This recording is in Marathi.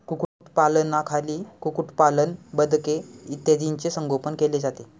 कुक्कुटपालनाखाली कुक्कुटपालन, बदके इत्यादींचे संगोपन केले जाते